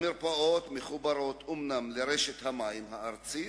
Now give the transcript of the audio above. המרפאות מחוברות אומנם לרשת המים הארצית,